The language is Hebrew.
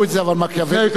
אבל מקיאוולי,